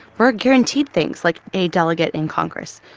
we're guaranteed things like a delegate in congress.